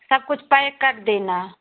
सब कुछ पैक कर देना